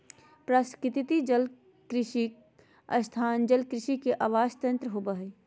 पारिस्थितिकी जलकृषि स्थान जलकृषि के आवास तंत्र होबा हइ